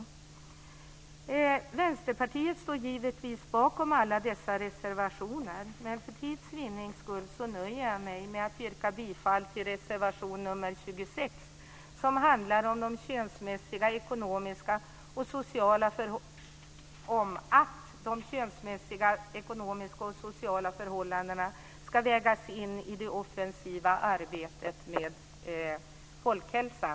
Vi i Vänsterpartiet står givetvis bakom alla våra reservationer, men för tids vinnande nöjer jag mig med att yrka bifall till reservation nr 26, som handlar om att de könsmässiga, ekonomiska och sociala förhållandena ska vägas in i det offensiva arbetet med folkhälsan.